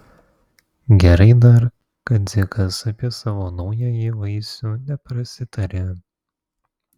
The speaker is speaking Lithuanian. gerai dar kad dzikas apie savo naująjį vaisių neprasitarė